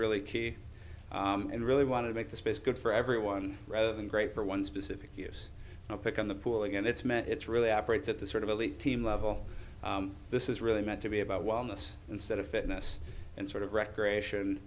really key and really want to make the space good for everyone rather than great for one specific use of pick on the pool and it's met it's really operates at the sort of elite team level this is really meant to be about wellness instead of fitness and sort of recreation